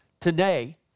today